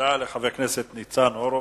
תודה לחבר הכנסת ניצן הורוביץ.